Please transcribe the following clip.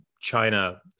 China